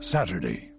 Saturday